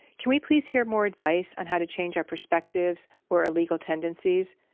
can we please hear more advice on how to change our perspectives or illegal tendencies?